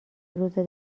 روزه